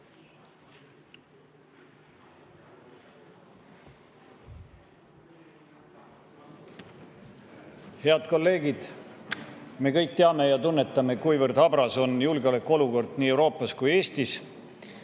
Head kolleegid! Me kõik teame ja tunnetame, kuivõrd habras on julgeolekuolukord nii Euroopas kui ka Eestis.